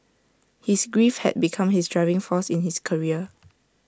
his grief had become his driving force in his career